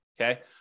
okay